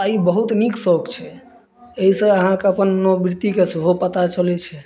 आ ई बहुत नीक शौक छै एहिसँ अहाँके अपन मनोवृतिके सेहो पता चलै छै